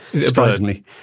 surprisingly